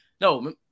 No